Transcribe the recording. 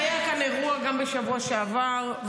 היה שם אירוע גם בשבוע שעבר.